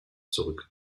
zurück